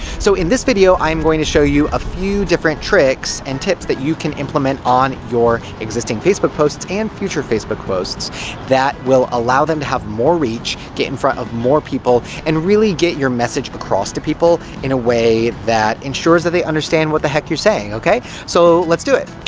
so, in this video, i am going to show you a few different tricks and tips that you can implement on your existing facebook posts and future facebook posts that will allow them to have more reach, get in front of more people, and really get your message across to people in a way that ensures that they understand what the heck you're saying, ok? so, let's do it.